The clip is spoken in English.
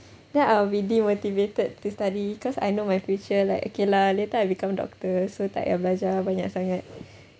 then I'll be demotivated to study cause I know my future like okay lah later I become a doctor so tak payah belajar banyak sangat